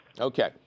Okay